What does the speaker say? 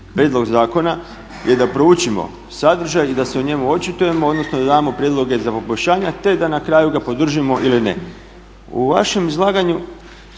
prijedlog zakona je da proučimo sadržaj i da se o njemu očitujemo odnosno da dajemo prijedloge za poboljšanja, te da ga na kraju podržimo ili ne. U vašem izlaganju